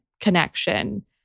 connection